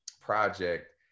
project